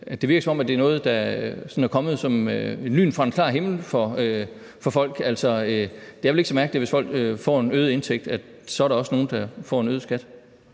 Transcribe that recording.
det virker, som om det er noget, der sådan er kommet som et lyn fra en klar himmel for folk. Det er vel ikke så mærkeligt, at hvis folk får en øget indtægt, er der også nogen, der får en øget skat.